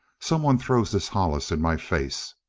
somebody throws this hollis in my face.